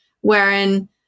wherein